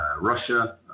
Russia